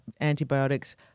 antibiotics